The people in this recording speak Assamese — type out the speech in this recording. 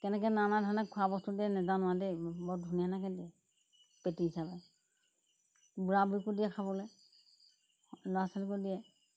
কেনেকৈ নানা ধৰণে খোৱা বস্তু দে নেজানো আৰু দেই বৰ ধুনীয়াকৈ দিয়ে পেটি হিচাপে বুঢ়া বুঢ়ীকো দিয়ে খাবলৈ ল'ৰা ছোৱালীকো দিয়ে